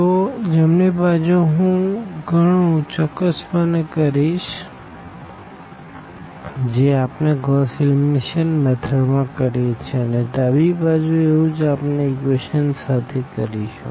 તો જમણી બાજુ હું ગણું ચોક્કસપણે કરીશ જે આપણે ગોસ એલિમિનેશન મેથડ માં કરીએ છે અને ડાબી બાજુ એવું જ આપણે ઇક્વેશન સાથે કરીશું